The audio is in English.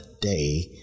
day